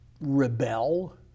rebel